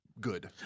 good